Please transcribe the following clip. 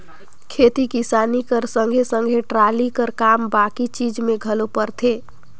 खेती किसानी कर संघे सघे टराली कर काम बाकी चीज मे घलो परथे